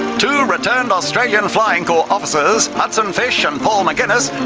two returned australian flying corps officers, hudson fysh and paul mcginness,